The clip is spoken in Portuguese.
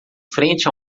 frente